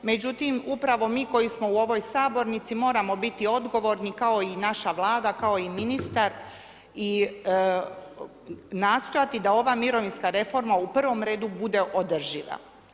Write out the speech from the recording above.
Međutim, upravo mi koji smo u ovoj Sabornici moramo biti odgovorni, kao i naša Vlada, kao i ministar i nastojati da ova mirovinska reforma u prvom redu bude održiva.